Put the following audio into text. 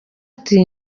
ati